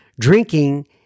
Drinking